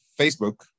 Facebook